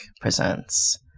presents